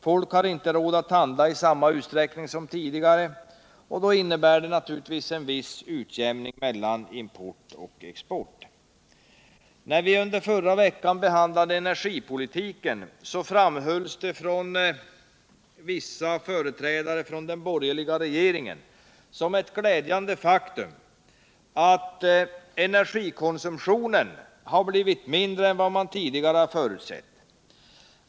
Folk har inte råd att handla i samma utsträckning som tidigare. Det har inneburit en viss utjämning mellan import och export. När vi under förra veckan behandlade energipolitiken, framhölls det av vissa företrädare för den borgerliga regeringen som ett glädjande faktum att energikonsumtionen blivit mindre än man tidigare förutsett.